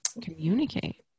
communicate